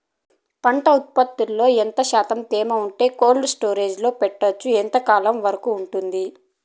పంట ఉత్పత్తులలో ఎంత శాతం తేమ ఉంటే కోల్డ్ స్టోరేజ్ లో పెట్టొచ్చు? ఎంతకాలం వరకు ఉంటుంది